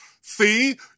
see